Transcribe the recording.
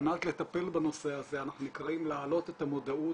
על מנת לטפל בנושא הזה אנחנו נקראים להעלות את המודעות,